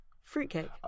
Fruitcake